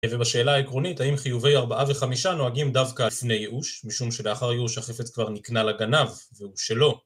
ובשאלה העקרונית, האם חיובי ארבעה וחמישה נוהגים דווקא לפני ייאוש? משום שלאחר ייאוש החפץ כבר נקנה לגנב, והוא שלו.